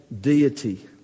deity